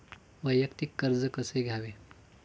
वैयक्तिक कर्ज कसे घ्यावे?